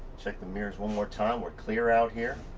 check the mirrors one more time. we're clear out here.